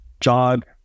jog